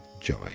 joy